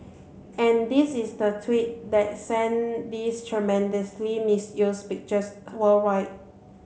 and this is the tweet that sent these tremendously misused pictures worldwide